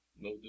No